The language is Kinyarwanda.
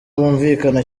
bumvikana